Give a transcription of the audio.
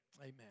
amen